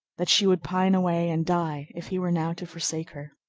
that she would pine away and die if he were now to forsake her.